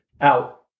out